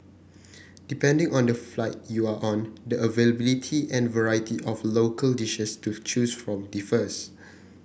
depending on the flight you are on the availability and variety of local dishes to choose from differs